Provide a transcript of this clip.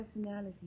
personality